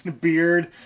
beard